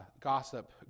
gossip